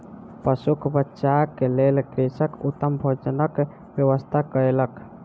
पशुक बच्चाक लेल कृषक उत्तम भोजनक व्यवस्था कयलक